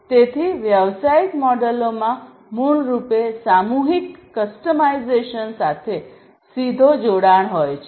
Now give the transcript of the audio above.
તેથી વ્યવસાયિક મોડેલોમાં મૂળ રૂપે સામૂહિક કસ્ટમાઇઝેશન સાથે સીધો જોડાણ હોય છે